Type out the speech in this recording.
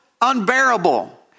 unbearable